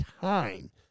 time